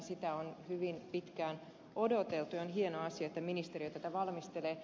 sitä on hyvin pitkään odoteltu ja on hieno asia että ministeriö tätä valmistelee